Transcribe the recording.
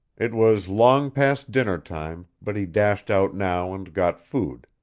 it was long past dinner-time, but he dashed out now and got food,